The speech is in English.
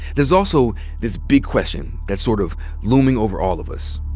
there's also this big question that's sort of looming over all of us.